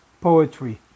poetry